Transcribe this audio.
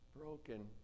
broken